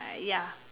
ya